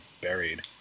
Buried